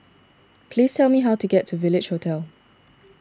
please tell me how to get to Village Hotel